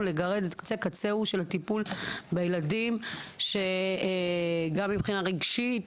לגרד את קצה קצהו של הטיפול בילדים שגם מבחינה רגשית,